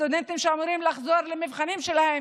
יש סטודנטים שאמורים לחזור למבחנים שלהם.